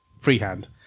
freehand